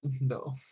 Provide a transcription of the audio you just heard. No